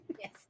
Yes